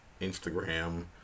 Instagram